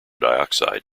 dioxide